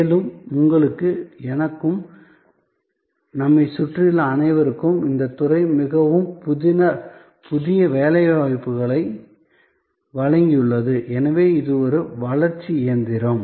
மேலும் உங்களுக்கும் எனக்கும் நம்மைச் சுற்றியுள்ள அனைவருக்கும் இந்த துறை மிகவும் புதிய வேலைவாய்ப்புகளை வழங்கியுள்ளது எனவே இது ஒரு வளர்ச்சி இயந்திரம்